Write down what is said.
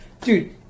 Dude